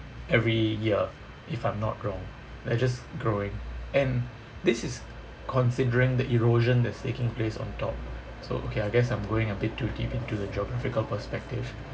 every year if I'm not wrong they're just growing and this is considering the erosion that's taking place on top so okay I guess I'm going a bit too deep into the geographical perspective